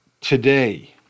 today